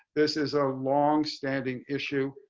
this is a long standing issue.